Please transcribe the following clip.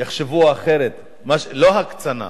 יחשבו אחרת, לא הקצנה,